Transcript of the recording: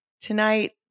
Tonight